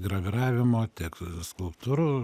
graviravimo tiek skulptūrų